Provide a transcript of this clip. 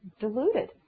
diluted